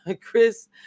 Chris